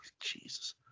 Jesus